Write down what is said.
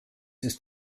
ist